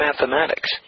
mathematics